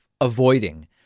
avoiding